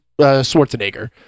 Schwarzenegger